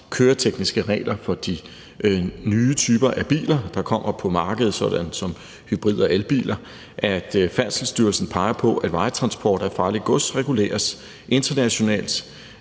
køretekniske regler for de nye typer af biler, der kommer på markedet, f.eks. hybrid- og elbiler, at Færdselsstyrelsen peger på, at vejtransport af farligt gods reguleres internationalt